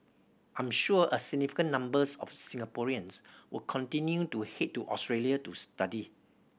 I'm sure a significant numbers of Singaporeans will continue to head to Australia to study